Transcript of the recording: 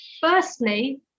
firstly